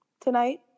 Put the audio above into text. tonight